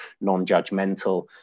non-judgmental